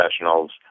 professionals